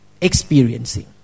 experiencing